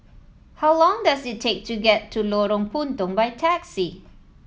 how long does it take to get to Lorong Puntong by taxi